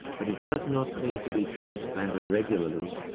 but it does not need to be transplanted regularly,